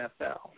NFL